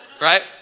right